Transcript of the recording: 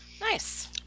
Nice